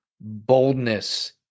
boldness